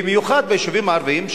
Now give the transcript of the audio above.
במיוחד ביישובים הערביים,